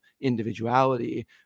individuality